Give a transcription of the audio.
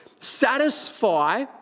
satisfy